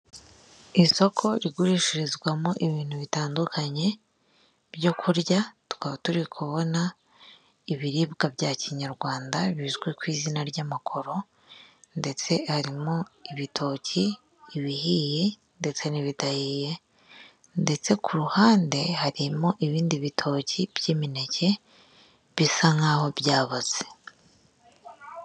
Isoko rigurishirizwamo ibintu bitandukanye byo kurya, tukaba turi kubona ibiribwa bya kinyarwanda bizwi ku izina ry'amakoro ndetse harimo ibitoki, ibihiye ndetse n'ibidahiye ndetse ku ruhande harimo ibindi bitoki by'imineke bisa nk'aho byaboze.